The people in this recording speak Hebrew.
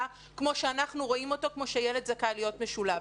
כמו שאנחנו רואים אותו כמו שילד זכאי להיות משולב.